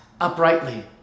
uprightly